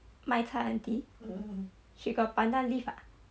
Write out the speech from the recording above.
卖菜 auntie she got pandan leaf ah